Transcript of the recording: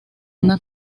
una